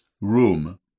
room